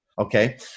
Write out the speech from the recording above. okay